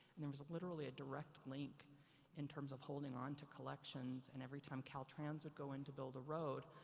and there was literally a direct link in terms of holding on to collections. and every time cal trans would go in to build a road,